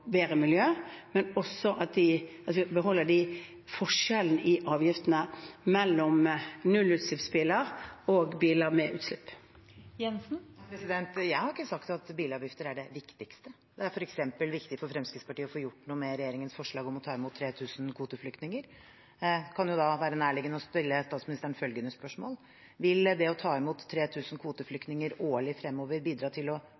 miljø, men også at vi beholder forskjellene i avgiftene mellom nullutslippsbiler og biler med utslipp. Siv Jensen – til oppfølgingsspørsmål. Jeg har ikke sagt at bilavgifter er det viktigste. Det er f.eks. viktig for Fremskrittspartiet å få gjort noe med regjeringens forslag om å ta imot 3 000 kvoteflyktninger. Det kan være nærliggende å stille statsministeren følgende spørsmål: Vil det å ta imot 3 000 kvoteflyktninger årlig fremover bidra til å